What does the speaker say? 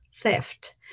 theft